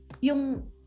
Yung